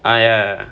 ah ya ya